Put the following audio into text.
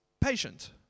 patient